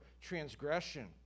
transgression